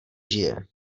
žije